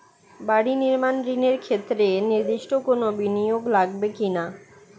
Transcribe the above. বাড়ি নির্মাণ ঋণের ক্ষেত্রে নির্দিষ্ট কোনো বিনিয়োগ লাগবে কি না?